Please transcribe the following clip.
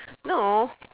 no